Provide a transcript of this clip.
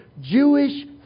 Jewish